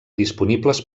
disponibles